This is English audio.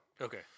Okay